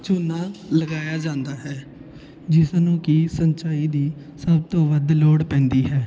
ਝੋਨਾ ਲਗਾਇਆ ਜਾਂਦਾ ਹੈ ਜਿਸ ਨੂੰ ਕਿ ਸਿੰਚਾਈ ਦੀ ਸਭ ਤੋਂ ਵੱਧ ਲੋੜ ਪੈਂਦੀ ਹੈ